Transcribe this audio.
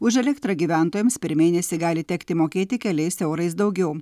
už elektrą gyventojams per mėnesį gali tekti mokėti keliais eurais daugiau